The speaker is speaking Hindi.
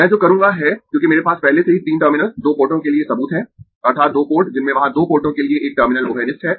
मैं जो करूँगा है क्योंकि मेरे पास पहले से ही तीन टर्मिनल दो पोर्टों के लिए सबूत है अर्थात् दो पोर्ट जिनमें वहां दो पोर्टों के लिए एक टर्मिनल उभयनिष्ठ है